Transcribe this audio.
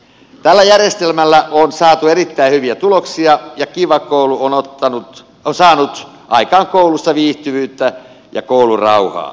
tällä järjestelmällä on saatu erittäin hyviä tuloksia ja kiva koulu on saanut aikaan koulussa viihtyvyyttä ja koulurauhaa